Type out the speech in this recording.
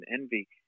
envy